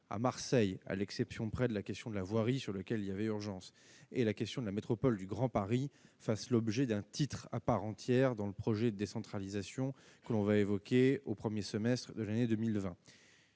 à Marseille, à l'exception près de la question de la voirie, sur lequel il y avait urgence et la question de la métropole du Grand Paris fasse l'objet d'un titre à part entière dans le projet de décentralisation, que l'on va évoquer au 1er semestre de l'année 2020,